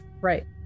Right